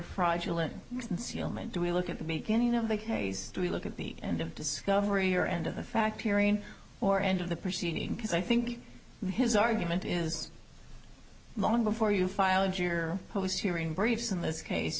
measure concealment do we look at the beginning of the case to look at the end of discovery or end of the fact period or end of the proceeding because i think his argument is long before you filed your post here in briefs in this case